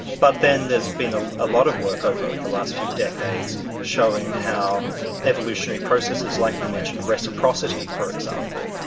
but then there's been a ah lot of work over the last few decades showing how evolutionary processes like you mentioned, reciprocity for example,